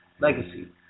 legacy